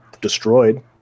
destroyed